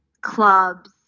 clubs